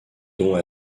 dont